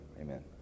Amen